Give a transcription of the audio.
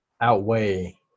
outweigh